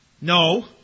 No